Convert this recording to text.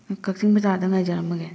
ꯀꯛꯆꯤꯡ ꯕꯖꯥꯔꯗ ꯉꯥꯏꯖꯔꯝꯃꯒꯦ